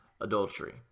adultery